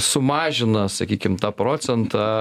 sumažina sakykim tą procentą